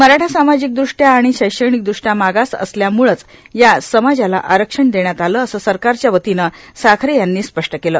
मराठा समाजिकदृष्ट्या आणि शैक्षणिकद्रष्ट्या मागास असल्याम्रळंच या समाजाला आरक्षण देण्यात आलं असं सकारच्या वतीनं साखरे यांनी स्पष्ट केलं